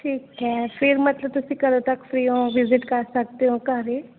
ਠੀਕ ਹੈ ਫਿਰ ਮਤਲਬ ਤੁਸੀਂ ਕਦੋਂ ਤੱਕ ਫ੍ਰੀ ਹੋ ਵਿਜਿਟ ਕਰ ਸਕਦੇ ਹੋ ਘਰ